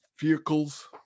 vehicles